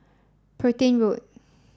Petain Road